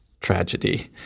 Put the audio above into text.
tragedy